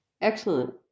Excellent